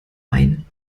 main